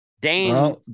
Dane